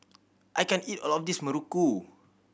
I can't eat all of this Muruku